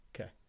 Okay